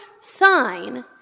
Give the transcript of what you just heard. sign